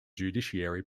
judiciary